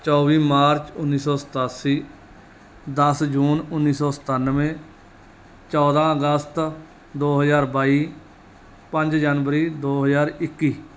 ਚੌਵੀ ਮਾਰਚ ਉੱਨੀ ਸੌ ਸਤਾਸੀ ਦਸ ਜੂਨ ਉੱਨੀ ਸੌ ਸਤਾਨਵੇਂ ਚੋਦਾਂ ਅਗਸਤ ਦੋ ਹਜ਼ਾਰ ਬਾਈ ਪੰਜ ਜਨਵਰੀ ਦੋ ਹਜ਼ਾਰ ਇੱਕੀ